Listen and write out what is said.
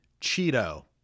Cheeto